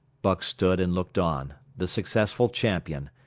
buck stood and looked on, the successful champion,